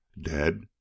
Dead